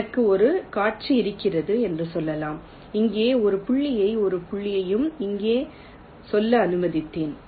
எனக்கு ஒரு காட்சி இருக்கிறது என்று சொல்லலாம் இங்கே ஒரு புள்ளியையும் ஒரு புள்ளியையும் இங்கே சொல்ல அனுமதித்தேன்